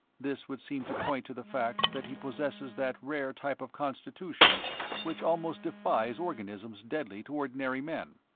this would seem to point to the fact that he possesses that rare type of constitution which almost defies organisms deadly to ordinary men.